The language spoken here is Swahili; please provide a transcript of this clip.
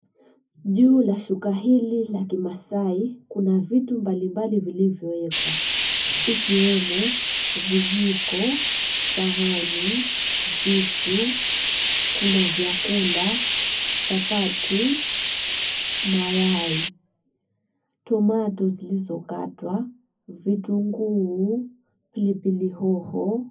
Juu ya shuka hili la Kimaasai kuna vitu mbalimbali vilivyoekwa ikiwemo: vijiko, sahani, visu, kuna vyakula, chapati, mayai, tomato zilizokatwa, vitunguu, pilipili hoho...